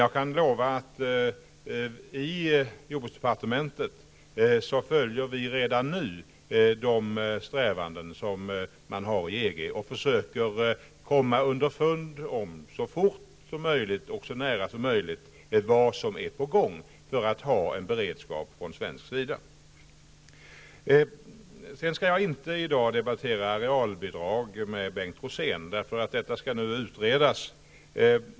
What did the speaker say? Jag kan lova att i jordbruksdepartementet följer vi redan nu de strävanden som man har i EG, och vi försöker komma underfund med vad som är på gång så fort som möjligt för att kunna ha en beredskap från svensk sida. Jag skall i dag inte debattera arealbidragen med Bengt Rosén. Detta skall nämligen utredas.